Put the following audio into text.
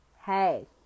Hey